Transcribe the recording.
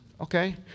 Okay